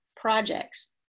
projects